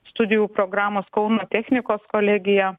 studijų programos kauno technikos kolegija